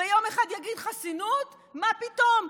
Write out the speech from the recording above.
ויום אחד יגיד: חסינות, מה פתאום?